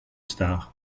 star